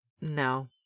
No